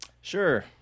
Sure